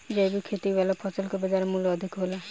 जैविक खेती वाला फसल के बाजार मूल्य अधिक होला